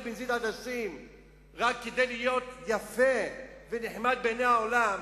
בנזיד עדשים רק כדי להיות יפה ונחמד בעיני העולם,